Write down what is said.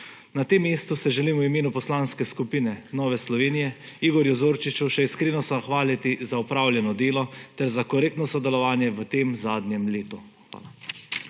Na tem mestu se želim v imenu Poslanske skupine Nove Slovenije Igorju Zorčiču še iskreno zahvaliti za opravljeno delo ter za korektno sodelovanje v tem zadnjem letu. Hvala.